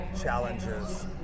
Challenges